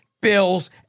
bills